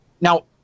Now